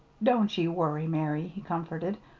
don't ye worry, mary, he comforted.